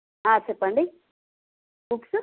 ఆ చెప్పండి బుక్స్